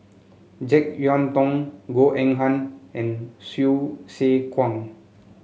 JeK Yeun Thong Goh Eng Han and Hsu Tse Kwang